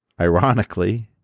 ironically